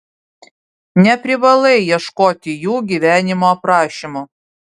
neprivalai ieškoti jų gyvenimo aprašymų